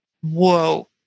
whoa